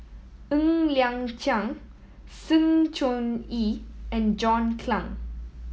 Ng Liang Chiang Sng Choon Yee and John Clang